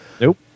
Nope